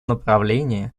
направлении